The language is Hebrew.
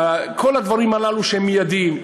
כל הדברים הללו שהם מיידיים.